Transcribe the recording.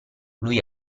lui